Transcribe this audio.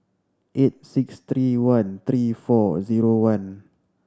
eight six three one three four zero one